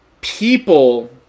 People